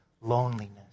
loneliness